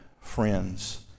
friends